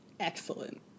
Excellent